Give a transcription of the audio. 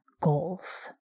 goals